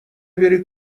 بری